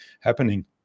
happening